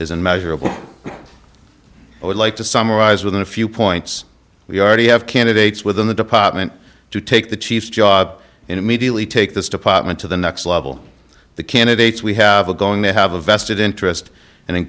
unmeasurable i would like to summarize within a few points we already have candidates within the department to take the chief job and immediately take this department to the next level the candidates we have a going to have a vested interest